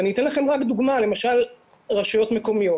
ואני אתן לכם רק דוגמה, למשל רשויות מקומיות.